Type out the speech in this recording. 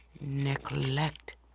neglect